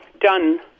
done